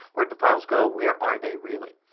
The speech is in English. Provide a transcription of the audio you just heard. where do the files go. where are they really.